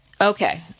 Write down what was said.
okay